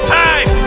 time